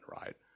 right